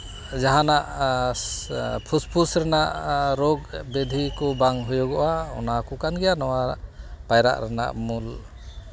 ᱡᱟᱦᱟᱱᱟᱜ ᱯᱷᱩᱥᱯᱷᱩᱥ ᱨᱮᱱᱟᱜ ᱨᱳᱜᱽ ᱵᱮᱫᱷᱤ ᱠᱚ ᱵᱟᱝ ᱦᱩᱭᱩᱜᱚᱜᱼᱟ ᱚᱱᱟ ᱠᱚ ᱠᱟᱱ ᱜᱮᱭᱟ ᱱᱚᱣᱟ ᱯᱟᱭᱨᱟᱜ ᱨᱮᱱᱟᱜ ᱢᱩᱞ